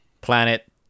Planet